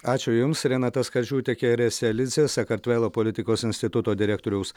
ačiū jums renata skardžiūtė kereselidzė sakartvelo politikos instituto direktoriaus